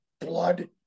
blood